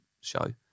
show